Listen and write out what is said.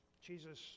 Jesus